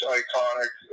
iconic